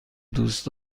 دوست